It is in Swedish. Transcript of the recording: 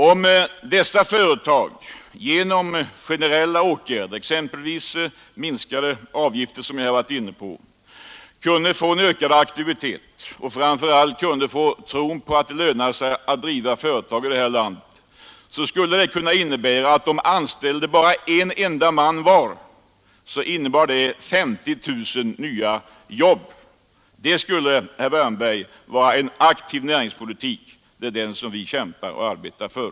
Om dessa företag genom generella åtgärder — exempelvis minskade avgifter, som jag har beskrivit — kunde få en ökad aktivitet och framför allt kunde få tillbaka tron på att det lönar sig att driva företag och detta i sin tur innebar att de anställde bara en enda man var, så skulle det bli 50 000 nya jobb. Det skulle, herr Wärnberg, vara en aktiv och praktisk näringspolitik. Det är den som vi måste kämpa och arbeta för.